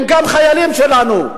הם גם חיילים שלנו.